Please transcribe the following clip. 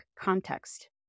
context